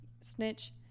snitch